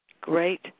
Great